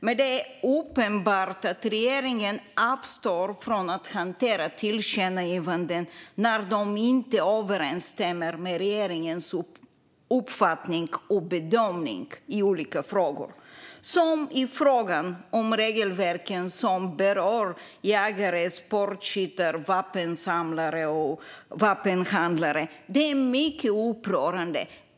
Men det är uppenbart att regeringen avstår från att hantera tillkännagivanden när dessa inte överensstämmer med regeringens uppfattning och bedömning i olika frågor, såsom frågan om regelverken som berör jägare, sportskyttar, vapensamlare och vapenhandlare. Det är mycket upprörande.